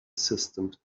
assistant